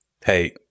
hey